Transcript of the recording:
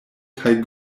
kaj